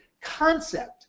concept